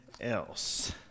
else